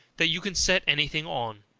that you can set any thing on.